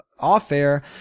Off-air